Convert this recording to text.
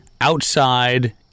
outside